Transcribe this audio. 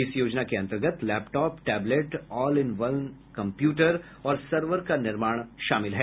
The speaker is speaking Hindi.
इस योजना के अंतर्गत laptop tablet all in one computer और सर्वर का निर्माण शामिल है